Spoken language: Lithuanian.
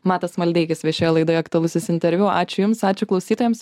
matas maldeikis viešėjo laidoje aktualusis interviu ačiū jums ačiū klausytojams